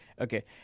Okay